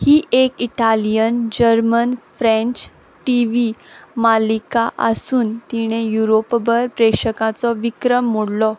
ही एक Italian German French TV मालिका आसून तिणें युरोपभर प्रेशकांचो विक्रम मोडलो